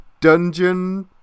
dungeon